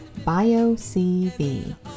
BioCV